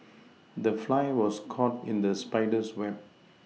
the fly was caught in the spider's web